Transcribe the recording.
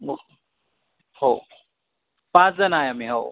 हो हो पाच जण आहे आम्ही हो